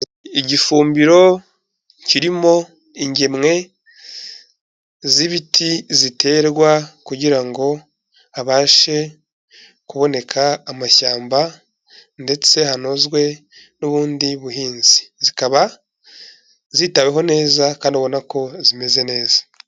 Igifumbiro kirimo ingemwe z'ibiti ziterwa kugira ngo habashe kuboneka amashyamba ndetse hanozwe n'ubundi buhinzi. Zikaba zitaweho neza kandi ubona ko zimeze neza.